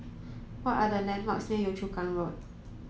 what are the landmarks near Yio Chu Kang Road